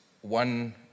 one